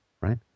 right